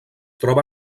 troba